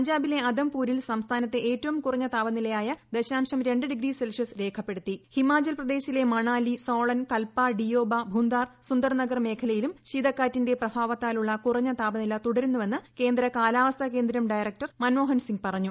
പഞ്ചാബിലെ അദംപൂരിൽ സംസ്ഥാനത്തെ ഏറ്റവും കുറഞ്ഞ താപനിലയായ ഹിമാചൽ പ്രദേശിലെ മണാലി സോളൻ കൽപ ഡിയോബ ഭുന്താർ സുന്ദർ നഗർ മേഖലയിലും ശീതക്കാറ്റിന്റെ പ്രഭാവത്താലുള്ള കുറഞ്ഞ താപനില തുടരുന്നുവെന്ന് കേന്ദ്ര കാലാവസ്ഥാ കേന്ദ്രം ഡയറക്ടർ മൻമോഹൻ സിങ് പറഞ്ഞു